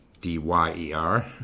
d-y-e-r